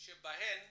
שבהן